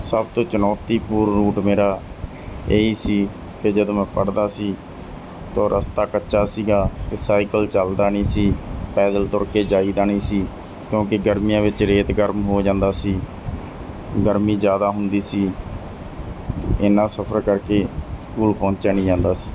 ਸਭ ਤੋਂ ਚੁਣੌਤੀਪੂਰਨ ਰੂਟ ਮੇਰਾ ਇਹੀ ਸੀ ਕਿ ਜਦੋਂ ਮੈਂ ਪੜ੍ਹਦਾ ਸੀ ਤਾਂ ਉਹ ਰਸਤਾ ਕੱਚਾ ਸੀਗਾ ਅਤੇ ਸਾਈਕਲ ਚੱਲਦਾ ਨਹੀਂ ਸੀ ਪੈਦਲ ਤੁਰ ਕੇ ਜਾਈਦਾ ਨਹੀਂ ਸੀ ਕਿਉਂਕਿ ਗਰਮੀਆਂ ਵਿੱਚ ਰੇਤ ਗਰਮ ਹੋ ਜਾਂਦਾ ਸੀ ਗਰਮੀ ਜ਼ਿਆਦਾ ਹੁੰਦੀ ਸੀ ਇੰਨਾਂ ਸਫਰ ਕਰਕੇ ਸਕੂਲ ਪਹੁੰਚਿਆ ਨਹੀਂ ਜਾਂਦਾ ਸੀ